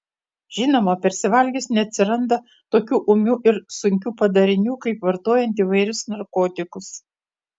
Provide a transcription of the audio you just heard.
žinoma persivalgius neatsiranda tokių ūmių ir sunkių padarinių kaip vartojant įvairius narkotikus